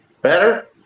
Better